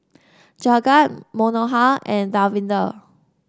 Jagat Manohar and Davinder